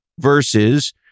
Versus